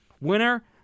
Winner